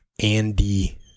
Andy